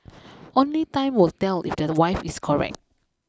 only time will tell if that the wife is correct